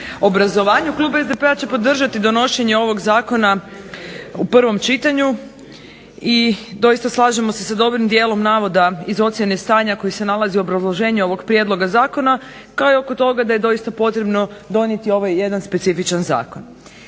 obrazovanju. Klub SDP-a će podržati donošenje ovog zakona u prvom čitanju, i doista slažemo se sa dobrim dijelom navoda iz ocjene stanja koji se nalazi u obrazloženju ovog prijedloga zakona, kao i oko toga da je doista potrebno donijeti ovaj jedan specifičan zakon.